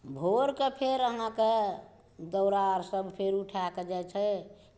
भोरके फेर अहाँके दौरा आओर सब फेर उठाके जाइ छै